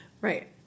right